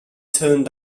turned